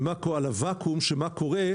על הוואקום של מה קורה,